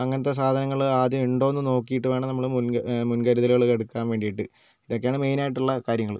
അങ്ങനത്തെ സാധനങ്ങൾ ആദ്യം ഉണ്ടോ എന്ന് നോക്കിയിട്ട് വേണം നമ്മൾ മുൻകരുതലുകൾ എടുക്കാൻ വേണ്ടിയിട്ട് ഇതൊക്കെയാണ് മെയിൻ ആയിട്ടുള്ള കാര്യങ്ങൾ